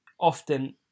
often